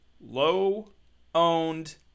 Low-owned